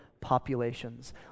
populations